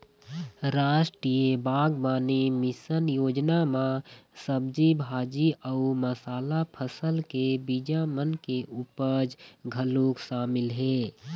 रास्टीय बागबानी मिसन योजना म सब्जी भाजी अउ मसाला फसल के बीजा मन के उपज घलोक सामिल हे